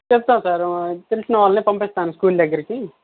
తెస్తాను సార్ తెలిసిన వాళ్లనే పంపిస్తాను స్కూల్ దగ్గరికి